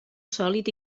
sòlid